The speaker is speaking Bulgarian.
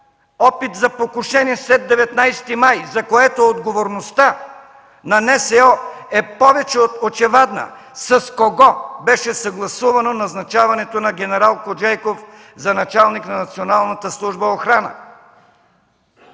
опит за покушение след 19 май, за което отговорността на НСО е повече от очевадна, с кого беше съгласувано назначаването на генерал Коджейков за началник на Националната служба за охрана?